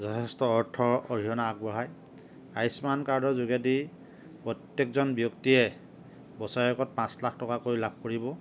যথেষ্ট অৰ্থৰ অৰিহণা আগবঢ়ায় আয়ুস্মান কাৰ্ডৰ যোগেদি প্ৰত্যেকজন ব্যক্তিয়ে বছৰেকত পাঁচ লাখ টকাকৈ লাভ কৰিব